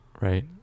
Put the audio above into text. Right